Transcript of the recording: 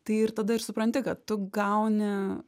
tai ir tada ir supranti kad tu gauni